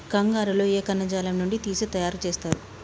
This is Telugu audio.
కంగారు లో ఏ కణజాలం నుండి తీసి తయారు చేస్తారు?